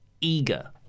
eager